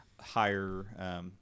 higher